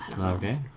Okay